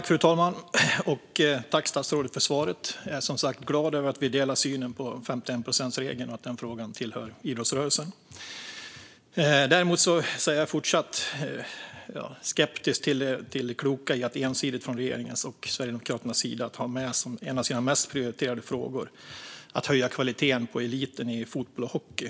Fru talman! Tack, statsrådet, för svaret! Jag är som sagt glad över att vi delar synen på 51-procentsregeln och att den frågan tillhör idrottsrörelsen. Däremot är jag fortsatt skeptisk till det kloka i att ensidigt från regeringen och Sverigedemokraterna ha som en av sina mest prioriterade frågor att höja kvaliteten på eliten i fotboll och hockey.